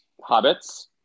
Hobbits